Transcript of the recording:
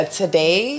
today